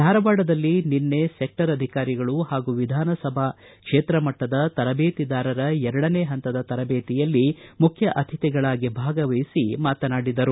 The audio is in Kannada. ಧಾರವಾಡದಲ್ಲಿ ನಿನ್ನೆ ಸೆಕ್ಟರ್ ಅಧಿಕಾರಿಗಳು ಹಾಗೂ ವಿಧಾನ ಸಭಾ ಕ್ಷೇತ್ರಮಟ್ನದ ತರಬೇತಿದಾರರ ಎರಡನೇ ಪಂತದ ತರಬೇತಿಯಲ್ಲಿ ಮುಖ್ತಿ ಅತಿಥಿಗಳಾಗಿ ಭಾಗವಹಿಸಿ ಮಾತನಾಡಿದರು